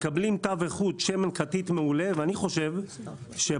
מקבלים תו איכות שמן כתית מעולה ואני חושב שבתוויות,